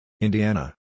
Indiana